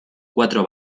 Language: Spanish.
cuatro